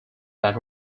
that